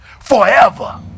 forever